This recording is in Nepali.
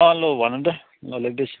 अँ लु भन्नु त म लेख्दैछु